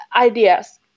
ideas